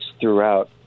throughout